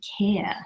care